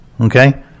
okay